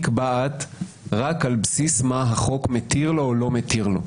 נקבעת רק על בסיס מה החוק מתיר לו או לא מתיר לו.